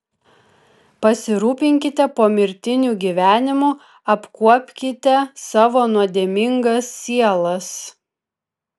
pasirūpinkite pomirtiniu gyvenimu apkuopkite savo nuodėmingas sielas